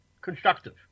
constructive